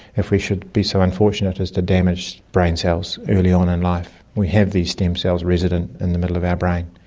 if we should be so unfortunate as to damage brain cells early on in life, we have these stem cells resident in the middle of our brain.